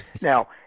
Now